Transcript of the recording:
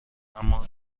اما